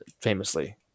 famously